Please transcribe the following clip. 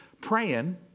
praying